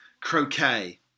croquet